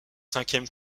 cinquième